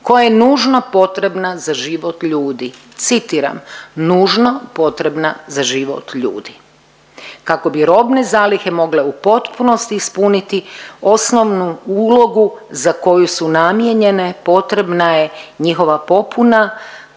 koja je nužno potrebna za život ljudi. Citiram: „nužno potrebna za život ljudi“ kako bi robne zalihe mogle u potpunosti ispuniti osnovnu ulogu za koju su namijenjene potrebna je njihova popuna